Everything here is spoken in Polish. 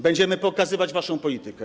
Będziemy pokazywać waszą politykę.